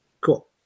Cool